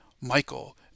Michael